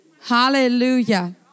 Hallelujah